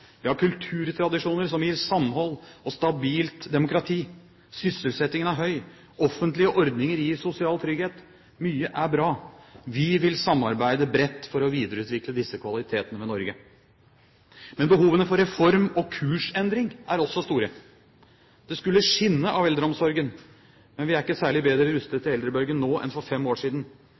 Vi har kulturtradisjoner som gir samhold og stabilt demokrati. Sysselsettingen er høy. Offentlige ordninger gir sosial trygghet. Mye er bra. Vi vil samarbeide bredt for å videreutvikle disse kvalitetene ved Norge. Men behovene for reform og kursendring er også store. Det skulle skinne av eldreomsorgen. Men vi er ikke særlig bedre rustet til eldrebølgen nå enn for fem år siden.